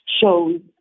shows